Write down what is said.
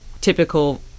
typical